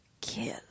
kill